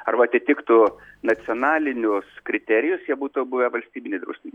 arba atitiktų nacionalinius kriterijus jei būtų buvę valstybiniai draustiniai